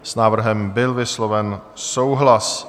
S návrhem byl vysloven souhlas.